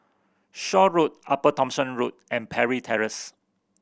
Shaw Road Upper Thomson Road and Parry Terrace